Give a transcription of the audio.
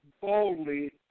boldly